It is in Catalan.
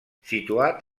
situat